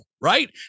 right